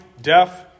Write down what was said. deaf